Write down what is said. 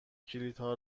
کلیدها